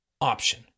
option